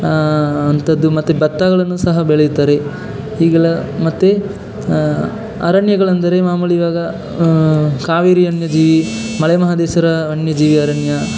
ಅಂಥದ್ದು ಮತ್ತು ಭತ್ತಗಳನ್ನು ಸಹ ಬೆಳೆಯುತ್ತಾರೆ ಹೀಗೆಲ್ಲ ಮತ್ತು ಅರಣ್ಯಗಳೆಂದರೆ ಮಾಮೂಲಿ ಇವಾಗ ಕಾವೇರಿ ವನ್ಯಜೀವಿ ಮಲೆ ಮಹದೇಶ್ವರ ವನ್ಯಜೀವಿ ಅರಣ್ಯ